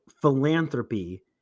philanthropy